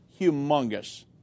humongous